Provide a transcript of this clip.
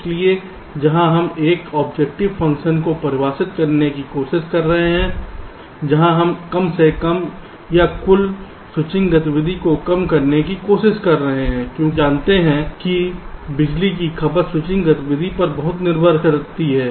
इसलिए यहां हम एक ऑब्जेक्टिव फ़ंक्शन को परिभाषित करने की कोशिश कर रहे हैं जहां हम कम से कम या कुल स्विचिंग गतिविधि को कम करने की कोशिश कर रहे हैं क्योंकि हम जानते हैं कि बिजली की खपत स्विचिंग गतिविधि पर बहुत निर्भर है